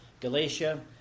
Galatia